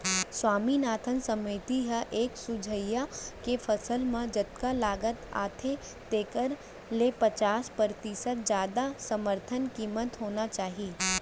स्वामीनाथन समिति ह ए सुझाइस के फसल म जतका लागत आथे तेखर ले पचास परतिसत जादा समरथन कीमत होना चाही